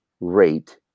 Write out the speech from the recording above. rate